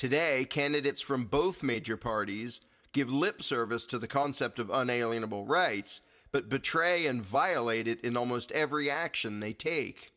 today candidates from both major parties give lip service to the concept of unalienable rights but betray and violate it in almost every action they take